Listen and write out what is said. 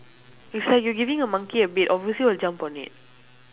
it's say you're giving a monkey a bed obviously will jump on it